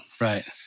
right